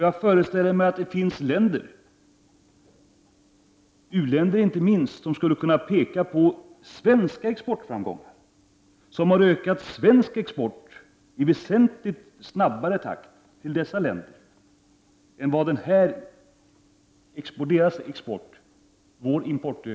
Jag föreställer mig att det finns länder, inte minst u-länder, som skulle kunna peka på svenska exportframgångar som har medfört en ökning av svensk export till dessa länder i väsentligt snabbare takt än vad som är fallet med deras export, dvs. vår import.